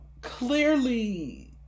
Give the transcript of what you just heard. clearly